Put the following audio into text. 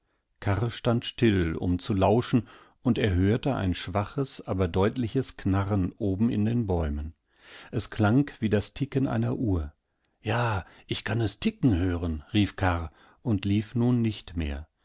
stand still um zu lauschen und er hörte ein schwaches aberdeutlichesknarrenobenindenbäumen esklangwiedastickeneiner uhr ja ich kann es ticken hören rief karr und lief nun nicht mehr